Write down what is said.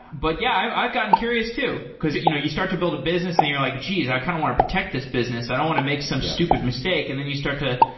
but yeah, i've i've gotten curious too, because you know you start to build a business and you're like, gees! i kind of want to protect this business. i want to make some stupid mistake. and then you start to